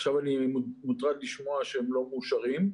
עכשיו אני מוטרד לשמוע שהם לא מאושרים.